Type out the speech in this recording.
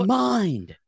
mind